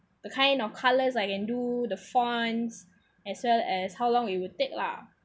the kind of colours I can do the fonts as well as how long it would take lah